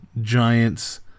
Giants